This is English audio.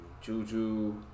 Juju